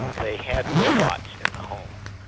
they had robots in the home.